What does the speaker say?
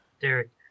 Derek